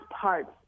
parts